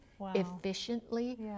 efficiently